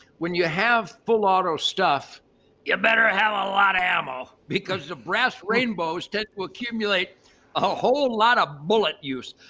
when you have full auto stuff you better ah have a lot of ammo because the brass rainbows tend to accumulate a whole lot of bullet use.